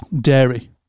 dairy